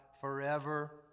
forever